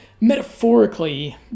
metaphorically